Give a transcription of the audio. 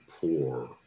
poor